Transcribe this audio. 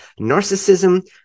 narcissism